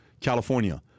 California